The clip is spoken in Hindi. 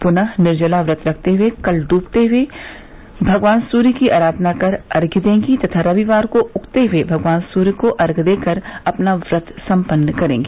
पुनः निर्जला व्रत रहते हुए कल डूबते हुए भगवान सूर्य की आराधना कर अर्घ्य देंगी तथा रविवार को उगते हुए भगवान सूर्य को अर्ध्य देकर अपना व्रत सम्पन्न करेंगी